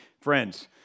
Friends